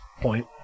point